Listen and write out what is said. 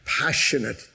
passionate